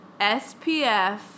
SPF